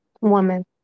woman